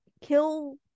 kill